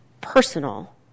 personal